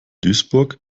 duisburg